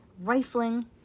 rifling